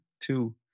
two